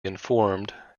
informed